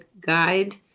guide